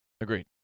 Agreed